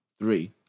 three